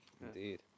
Indeed